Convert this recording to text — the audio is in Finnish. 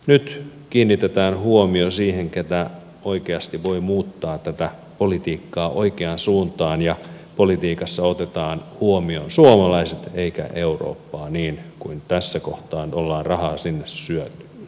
nyt kiinnitetään huomio siihen kuka oikeasti voi muuttaa tätä politiikkaa oikeaan suuntaan ja politiikassa otetaan huomioon suomalaiset eikä eurooppaa niin kuin tässä kohtaa ollaan rahaa sinne syötetty